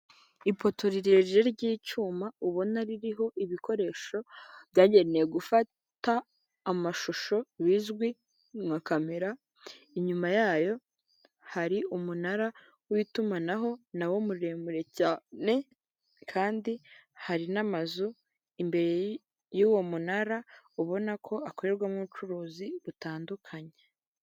Ipoto rirerire ry'icyuma ubona ririho ibikoresho byagenewe gufata amashusho bizwi nka kamera inyuma yayo hari umunara w'itumanaho nawo muremure cyane, kandi hari n'amazu imbere y'uwo munara ubona ko akorerwamo ubucuruzi butandukanye.